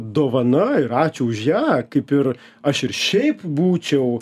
dovana ir ačiū už ją kaip ir aš ir šiaip būčiau